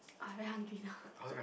oh I very hungry now